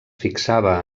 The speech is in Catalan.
fixava